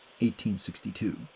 1862